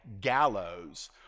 gallows